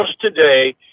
today